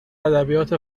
ادبیات